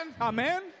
amen